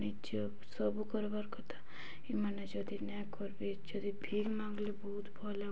ନିଜ ସବୁ କରବାର୍ କଥା ଏମାନେ ଯଦି ନାଇଁ କରବେ ଯଦି ଭିକ୍ ମାଗଂଲେ ବହୁତ ଭଲ୍ ହେବ